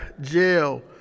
jail